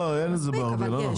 לא, אין את זה בהרבה, לא נכון.